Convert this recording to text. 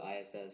ISS